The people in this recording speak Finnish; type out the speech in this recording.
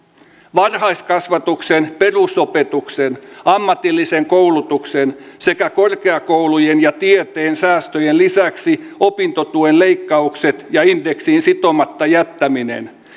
varhaiskasvatuksen perusopetuksen ammatillisen koulutuksen sekä korkeakoulujen ja tieteen säästöjen lisäksi opintotuen leikkaukset ja indeksiin sitomatta jättäminen